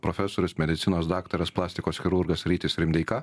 profesorius medicinos daktaras plastikos chirurgas rytis rimdeika